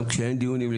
גם שאין דיונים,